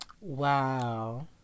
Wow